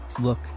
Look